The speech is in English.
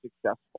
successful